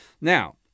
Now